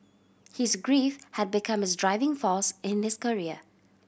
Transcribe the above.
his grief had become his driving force in his career